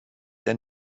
der